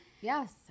Yes